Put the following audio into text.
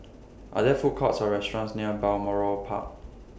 Are There Food Courts Or restaurants near Balmoral Park